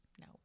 No